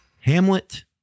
Hamlet